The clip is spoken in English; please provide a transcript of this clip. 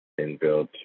inbuilt